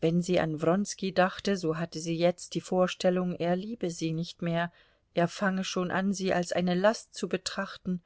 wenn sie an wronski dachte so hatte sie jetzt die vorstellung er liebe sie nicht mehr er fange schon an sie als eine last zu betrachten